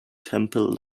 temple